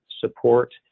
support